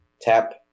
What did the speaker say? tap